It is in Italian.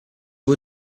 può